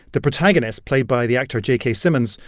the protagonist, played by the actor j k. simmons,